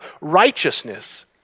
righteousness